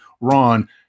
Ron